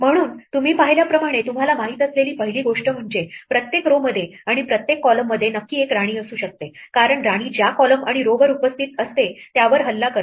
म्हणून तुम्ही पाहिल्याप्रमाणे तुम्हाला माहित असलेली पहिली गोष्ट म्हणजे प्रत्येक row मध्ये आणि प्रत्येक columnमध्ये नक्की एक राणी असू शकते कारण राणी ज्या column आणि row वर उपस्थित असते त्यावर हल्ला करते